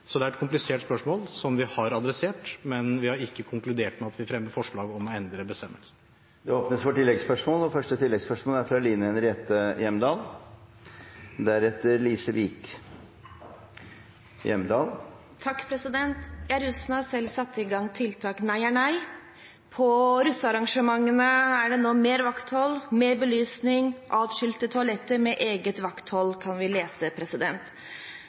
Så det er et komplisert spørsmål, som vi har adressert, men vi har ikke konkludert med at vi fremmer forslag om å endre bestemmelsen. Det åpnes for oppfølgingsspørsmål – først Line Henriette Hjemdal. Russen har selv satt i gang tiltaket «Nei er nei», og på russearrangementene er det nå mer vakthold, mer belysning, atskilte toaletter med eget vakthold, kan vi lese.